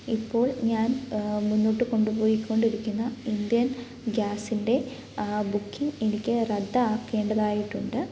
ഇപ്പോൾ ഞാൻ മുന്നോട്ടു കൊണ്ടുപോയിക്കൊണ്ടിരിക്കുന്ന ഇന്ത്യൻ ഗ്യാസിൻ്റെ ബുക്കിംഗ് എനിക്ക് റദ്ദാക്കേണ്ടതായിട്ടുണ്ട്